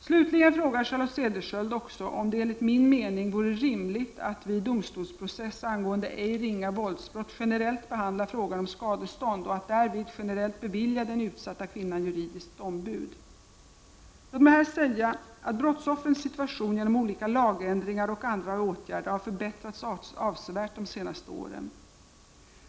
Slutligen frågar Charlotte Cederschiöld också om det enligt min mening vore rimligt att vid domstolsprocess angående ej ringa våldsbrott generellt behandla frågan om skadestånd och att därvid generellt bevilja den utsatta kvinnan juridiskt ombud. Låt mig här säga att brottsoffrens situation genom olika lagändringar och andra åtgärder har förbättrats avsevärt de senaste åren.